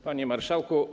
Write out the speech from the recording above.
Panie Marszałku!